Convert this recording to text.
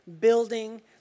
building